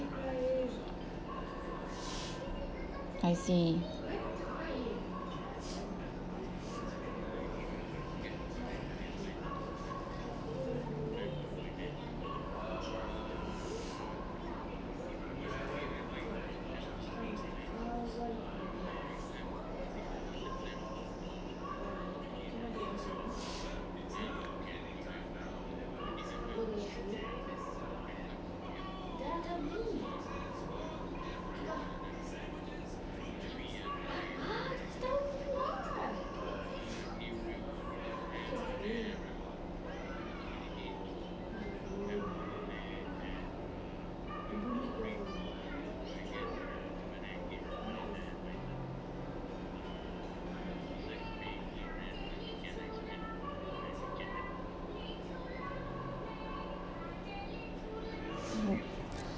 I see